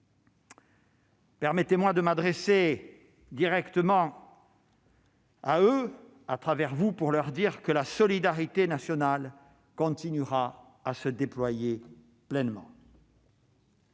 Permettez-moi de m'adresser directement à eux, à travers vous, pour leur dire que la solidarité nationale continuera à se déployer pleinement.